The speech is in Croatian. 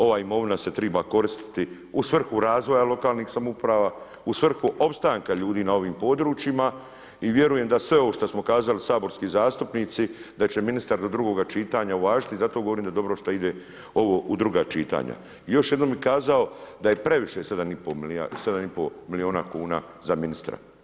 Ova imovina se triba koristiti u svrhu razvoja lokalnih samouprava u svrhu opstanka ljudi na ovim područjima i vjerujem da sve ovo što smo kazali saborski zastupnici da će ministar do drugog čitanja uvažiti i zato govorim da je dobro što ide ovo u druga čitanja Još jednom bi kazao da je previše 7,5 milijuna kuna za ministra.